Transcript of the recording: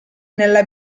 nella